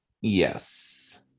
Yes